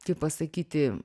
kaip pasakyti